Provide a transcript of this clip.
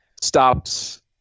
stops